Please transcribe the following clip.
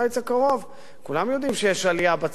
כולם יודעים שיש עלייה בצריכה, גם אצל הפלסטינים,